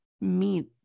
meet